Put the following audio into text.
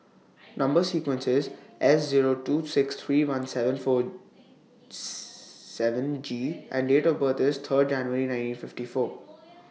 Number sequence IS S Zero two six three one seven four seven G and Date of birth IS Third January nineteen fifty four